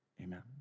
Amen